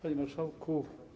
Panie Marszałku!